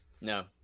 No